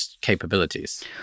capabilities